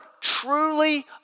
truly